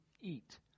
eat